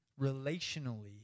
relationally